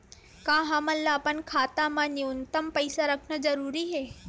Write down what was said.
का हमला अपन खाता मा न्यूनतम पईसा रखना जरूरी हे?